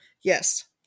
Yes